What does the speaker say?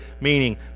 meaning